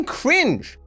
cringe